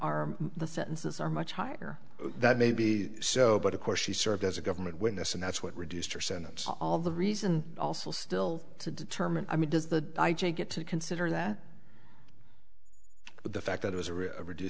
are the sentences are much higher that may be so but of course she served as a government witness and that's what reduced her sentence all the reason also still to determine i mean does the get to consider that but the fact that it was a